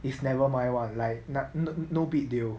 it's nevermind [one] like no no big deal